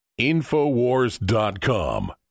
InfoWars.com